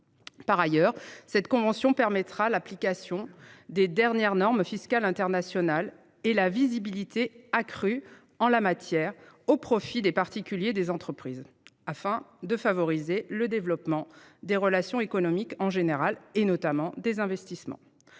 Par ailleurs, cette convention permettra l’application des dernières normes fiscales internationales. Elle apportera une visibilité accrue en la matière, au profit des particuliers et des entreprises, afin de favoriser le développement des relations économiques en général et notamment des investissements.